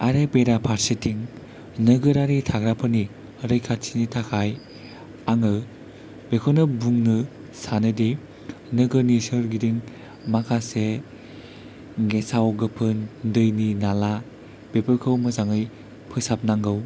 आरो बेरा फारसेथिं नोगोरारि थाग्राफोरनि रैखाथिनि थाखाय आङो बेखौनो बुंनो सानोदि नोगोरनि सोरगिदिं माखासे गेसाव गोफोन दैनि नाला बेफोरखौ मोजाङै फोसाबनांगौ